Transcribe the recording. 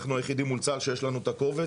אנחנו היחידים מול צה"ל שיש לנו את הקובץ.